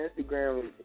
Instagram